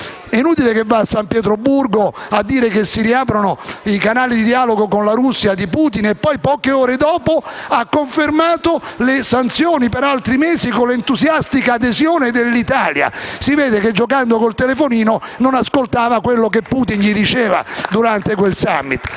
inutile che vada a San Pietroburgo a dire che si riaprono i canali di dialogo con la Russia di Putin, se poi, poche ore dopo, conferma il rinnovo delle sanzioni per altri mesi, con l'entusiastica adesione dell'Italia. Si vede che, giocando con il telefonino, non ascoltava quello che Putin gli diceva durante quel *summit*.